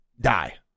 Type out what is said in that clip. die